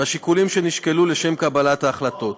והשיקולים שנשקלו לשם קבלת ההחלטות,